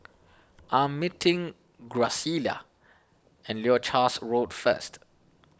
I am meeting Graciela at Leuchars Road first